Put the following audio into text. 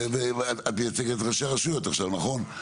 ואת מייצגת את ראשי הרשויות עכשיו, נכון?